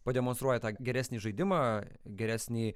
pademonstruoja tą geresnį žaidimą geresnį